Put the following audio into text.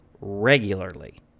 regularly